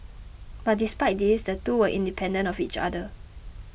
but despite this the two were independent of each other